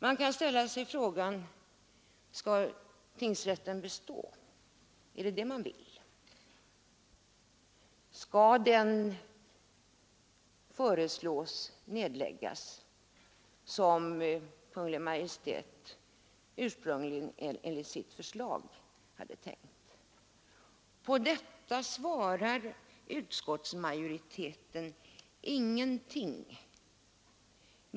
Man kan ställa sig frågan: Skall tingsrätten bestå? Är det detta utskottsmajoriteten vill eller skall den nedläggas såsom Kungl. Maj:t enligt sitt ursprungliga förslag hade tänkt? På dessa frågor svarar utskottsmajoriteten ingenting.